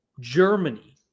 germany